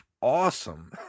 awesome